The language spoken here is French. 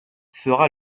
fera